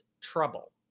trouble